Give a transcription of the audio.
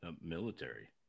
military